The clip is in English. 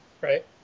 right